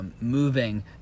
moving